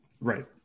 right